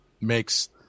makes